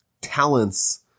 talents